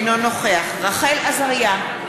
אינו נוכח רחל עזריה,